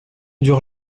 dure